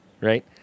right